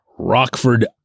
Rockford